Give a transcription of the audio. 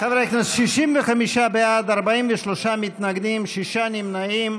חברי הכנסת, 65 בעד, 43 מתנגדים, שישה נמנעים.